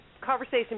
conversation